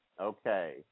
Okay